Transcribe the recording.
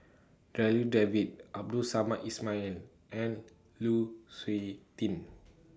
Darryl David Abdul Samad Ismail and Lu Suitin